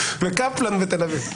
בקפלן בתל אביב...